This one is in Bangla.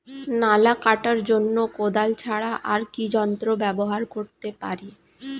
নালা কাটার জন্য কোদাল ছাড়া আর কি যন্ত্র ব্যবহার করতে পারি?